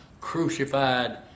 crucified